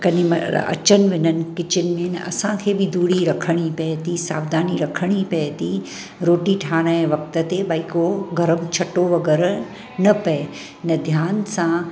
कंहिं महिल अचनि न किचन में असांखे बि दूरी रखणी पए थी सावधानी रखणी पए थी रोटी ठाइण वक़्तु ते भई कोई घर कोई छ्टो वग़ैरह न पए न ध्यानु सां